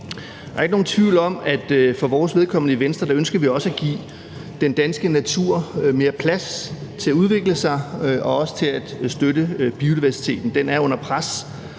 Der er ikke nogen tvivl om, at for vores vedkommende i Venstre ønsker vi også at give den danske natur mere plads til at udvikle sig og også til at støtte biodiversiteten – den er under pres